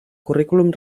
currículum